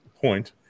point